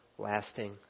lasting